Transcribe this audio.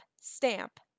stamp